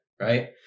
Right